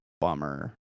bummer